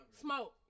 Smoke